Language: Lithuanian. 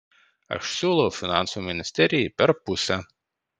aš siūlau finansų ministerijai per pusę